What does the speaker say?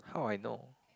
how I know